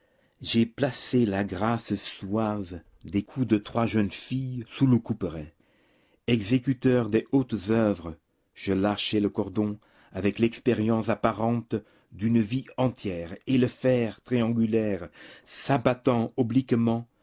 j'ai placé la grâce suave des cous de trois jeunes filles sous le couperet exécuteur des hautes oeuvres je lâchai le cordon avec l'expérience apparente d'une vie entière et le fer triangulaire s'abattant